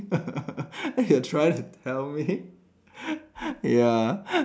you're trying to tell me ya